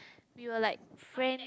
we were like friend